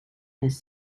has